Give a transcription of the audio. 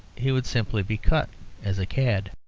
he would simply be cut as a cad.